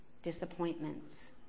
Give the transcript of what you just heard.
disappointments